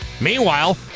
Meanwhile